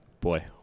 Boy